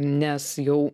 nes jau